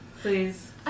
Please